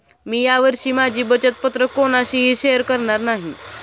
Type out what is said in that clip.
मी या वर्षी माझी बचत पत्र कोणाशीही शेअर करणार नाही